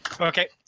Okay